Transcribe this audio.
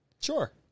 Sure